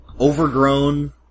overgrown